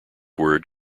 word